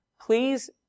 please